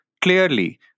clearly